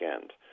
end